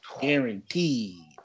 guaranteed